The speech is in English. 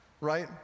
right